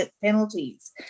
penalties